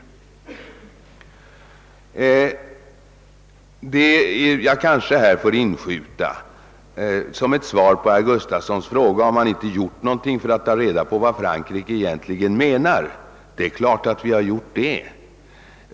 Jag kanske i detta sammanhang får inskjuta som ett svar på herr Gustafsons fråga, om vi inte har försökt ta reda på vad Frankrike egentligen menar, att vi självfallet gjort detta.